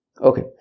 Okay